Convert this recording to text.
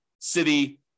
city